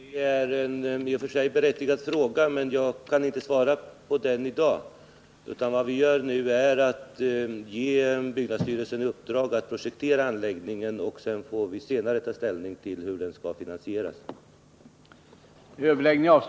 Herr talman! Det är en i och för sig berättigad fråga, men jag kan inte svara på den i dag. Vad vi nu gör är att vi ger byggnadsstyrelsen i uppdrag att projektera anläggningen. Vi får senare ta ställning till hur den skall finansieras.